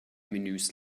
menüs